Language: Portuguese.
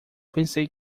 pensei